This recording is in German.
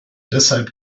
deshalb